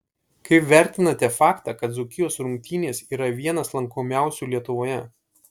kaip vertinate faktą kad dzūkijos rungtynės yra vienas lankomiausių lietuvoje